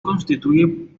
constituye